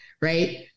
right